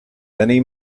many